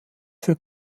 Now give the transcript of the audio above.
für